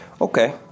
Okay